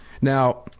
Now